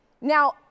Now